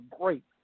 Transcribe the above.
great